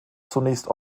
zunächst